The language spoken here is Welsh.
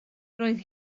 roedd